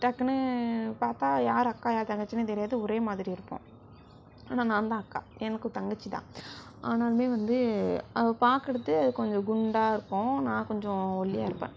டக்குன்னு பார்த்தா யார் அக்கா யார் தங்கச்சின்னே தெரியாது ஒரே மாதிரி இருப்போம் ஆனால் நான்தான் அக்கா எனக்கு தங்கச்சிதான் ஆனாலுமே வந்து அவள் பார்க்குறதுக்கு அது கொஞ்சம் குண்டாக இருக்கும் நான் கொஞ்சம் ஒல்லியாக இருப்பேன்